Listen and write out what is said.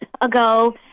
ago